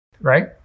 Right